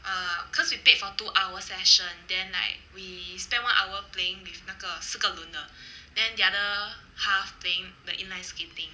uh because we paid for two hour session then like we spend one hour playing with 那个四个轮的 then the other half playing like inline skating